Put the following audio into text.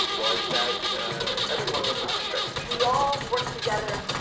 was that everyone was not encouraged. we all worked together.